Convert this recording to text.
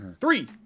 Three